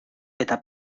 eta